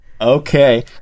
Okay